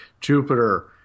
Jupiter